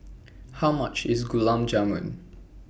How much IS Gulab Jamun